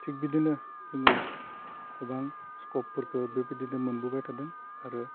थिक बिदिनो जोङो गोबां स्कपफोरखौ बेबायदिनो मोनबोबाय थादों आरो